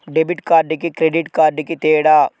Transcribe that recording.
Debit కార్డుకి credit కార్డుకి తేడా?